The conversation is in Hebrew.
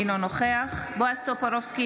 אינו נוכח בועז טופורובסקי,